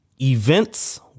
events